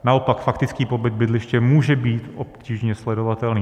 Naopak faktický pobyt bydliště může být obtížně sledovatelný.